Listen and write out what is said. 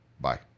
Bye